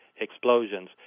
explosions